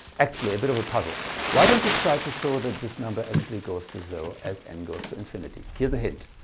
actually, a bit of a puzzle why don't you try to show that this number actually goes to zero as n goes to infinity. here's a hint.